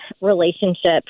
relationship